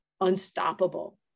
unstoppable